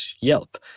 Yelp